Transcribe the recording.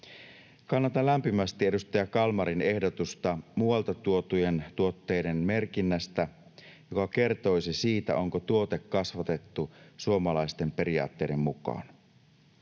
Kannatan lämpimästi edustaja Kalmarin ehdotusta muualta tuotujen tuotteiden merkinnästä, joka kertoisi siitä, onko tuote kasvatettu suomalaisten periaatteiden mukaan.